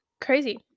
crazy